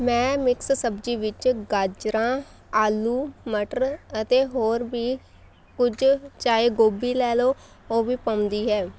ਮੈਂ ਮਿਕਸ ਸਬਜ਼ੀ ਵਿੱਚ ਗਾਜਰਾਂ ਆਲੂ ਮਟਰ ਅਤੇ ਹੋਰ ਵੀ ਕੁਝ ਚਾਹੇ ਗੋਭੀ ਲੈ ਲਓ ਉਹ ਵੀ ਪਾਉਂਦੀ ਹੈ